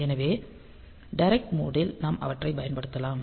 எனவே direct mode ல் நாம் அவற்றைப் பயன்படுத்தலாம்